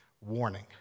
warning